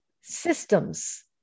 systems